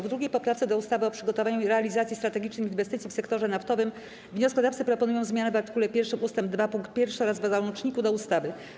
W 2. poprawce do ustawy o przygotowaniu i realizacji strategicznych inwestycji w sektorze naftowym wnioskodawcy proponują zmianę w art. 1 ust. 2 pkt 1 oraz w załączniku do ustawy.